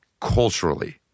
culturally